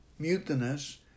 Mutinous